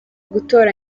gutora